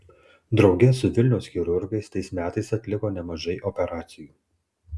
drauge su vilniaus chirurgais tais metais atliko nemažai operacijų